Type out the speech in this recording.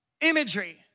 imagery